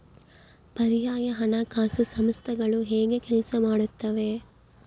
ಪರ್ಯಾಯ ಹಣಕಾಸು ಸಂಸ್ಥೆಗಳು ಹೇಗೆ ಕೆಲಸ ಮಾಡುತ್ತವೆ?